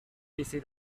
bizi